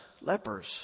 lepers